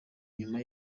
nyuma